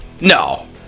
No